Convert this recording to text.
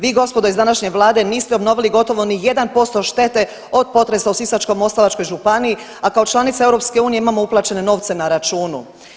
Vi gospodo iz današnje Vlade niste obnovili gotovo ni 1% štete od potresa u Sisačko-moslavačkoj županiji, a kao članica EU imamo uplaćene novce na računu.